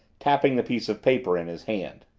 tapping the piece of paper in his hand.